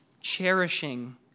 cherishing